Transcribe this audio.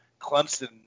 Clemson